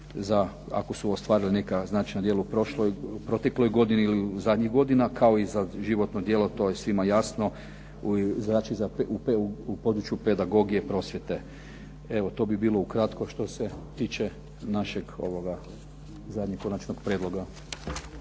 ako su ostvarili neka značajna djela u protekloj godini ili zadnjih godina, kao i za životno djelo, to je svima jasno, znači u području pedagogije i prosvjete. Evo to bi bilo ukratko što se tiče našeg ovoga zadnjeg konačnog prijedloga.